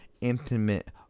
intimate